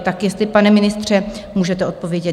Tak jestli, pane ministře, můžete odpovědět.